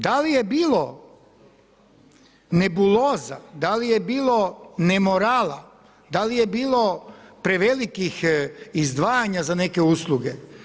Da li je bilo nebuloza, da li je bilo nemorala, da li je bilo prevelikih izdvajanja za neke usluge?